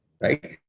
right